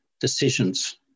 decisions